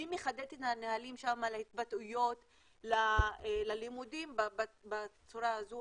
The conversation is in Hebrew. מי מחדד את הנהלים שם על ההתבטאויות ללימודים בצורה הזו,